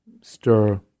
stir